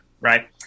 right